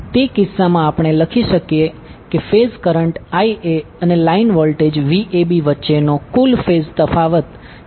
તે કિસ્સામાં આપણે લખી શકીએ કે ફેઝ કરંટ Ia અને લાઇન વોલ્ટેજ Vab વચ્ચેનો કુલ ફેઝ તફાવત 30° હશે